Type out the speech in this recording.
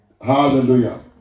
Hallelujah